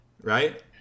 Right